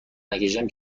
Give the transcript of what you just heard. نکشم